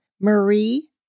Marie